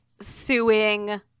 suing